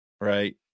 right